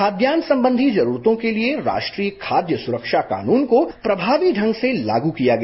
खाद्यान्न संबंधी जरूरतों के लिए राष्ट्रीय खाद्य सुरक्षा कानून को प्रभावी ढंग से लागू किया गया